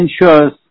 ensures